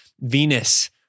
Venus